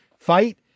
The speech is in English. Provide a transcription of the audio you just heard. fight